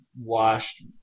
washed